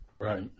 Right